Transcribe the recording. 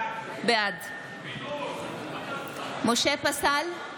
בעד משה פסל,